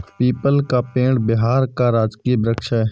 people का पेड़ बिहार का राजकीय वृक्ष है